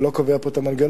אני לא קובע פה את המנגנון,